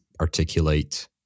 articulate